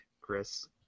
Chris